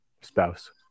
spouse